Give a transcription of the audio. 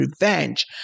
revenge